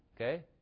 okay